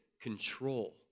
control